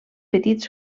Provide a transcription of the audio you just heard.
petits